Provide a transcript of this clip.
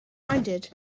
reminded